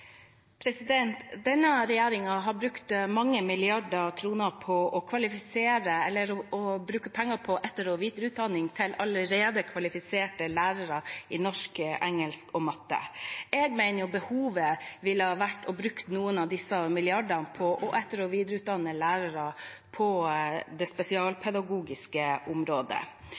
Denne regjeringen har brukt mange milliarder kroner på etter- og videreutdanning til allerede kvalifiserte lærere i norsk, engelsk og matte. Jeg mener det ville vært større behov for å bruke noen av disse milliardene på å etter- og videreutdanne lærere på det spesialpedagogiske området.